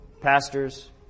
pastors